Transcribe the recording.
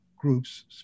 groups